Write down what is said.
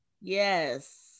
yes